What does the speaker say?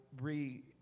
re